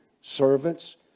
Servants